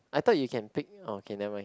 I thought you can pick okay never mind